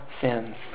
sins